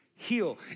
heal